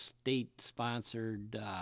state-sponsored